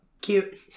Cute